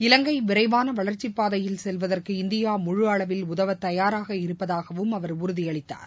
இலங்கை விரைவான வளர்ச்சி பாதையில் செல்வதற்கு இந்தியா முழு அளவில் உதவ தயாராக இருப்பதாகவும் அவர் உறுதியளித்தார்